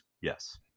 Yes